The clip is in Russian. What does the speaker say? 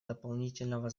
дополнительного